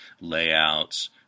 layouts